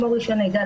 כמו רישיון נהיגה,